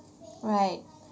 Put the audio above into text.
right